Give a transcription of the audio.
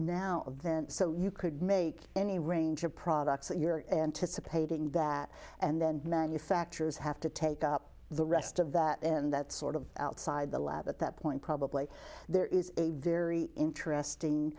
now so you could make any range of products that you're anticipating that and then manufacturers have to take up the rest of that and that sort of outside the lab at that point probably there is a very interesting